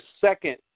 second